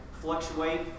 fluctuate